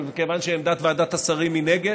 מכיוון שעמדת ועדת השרים היא נגד,